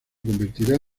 convertirá